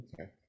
okay